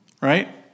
right